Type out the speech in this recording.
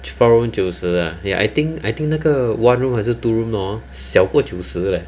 four room 九十 ah ya I think I think 那个 one room 还是 two room hor 小过九十 leh